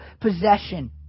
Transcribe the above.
possession